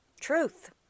Truth